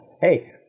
hey